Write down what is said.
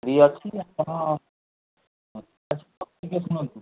free ଅଛି ଆପଣ ଟିକିଏ ଶୁଣନ୍ତୁ